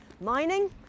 mining